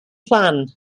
plan